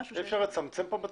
אי אפשר לצמצם כאן בטפסים?